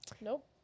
Nope